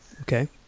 Okay